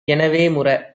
எனவேமுர